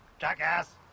jackass